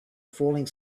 falling